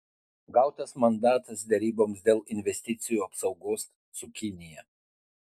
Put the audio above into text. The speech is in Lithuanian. gautas mandatas deryboms dėl investicijų apsaugos su kinija